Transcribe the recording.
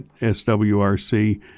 SWRC